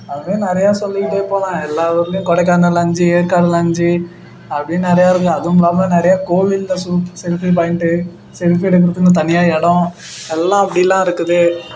அப்படின்னு நிறையா சொல்லிக்கிட்டே போகலாம் எல்லா ஊர்லையும் கொடைக்கானலில் அஞ்சு ஏற்காடில் அஞ்சு அப்படியே நிறையா இருக்குது அதுவும் இல்லாமல் நிறையா கோவிலில் சூ செல்ஃபி பாயிண்ட்டு செல்ஃபி எடுக்கிறதுக்குன்னு தனியாக இடோம் எல்லாம் அப்படிலாம் இருக்குது